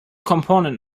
component